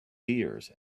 beers